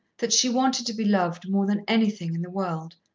that she wanted to be loved more than anything in the world.